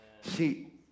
See